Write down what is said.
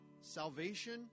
salvation